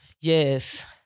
Yes